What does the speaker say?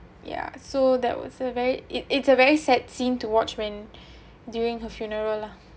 ya so that was a very it it's a very sad scene to watch when during her funeral lah